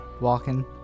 walking